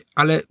ale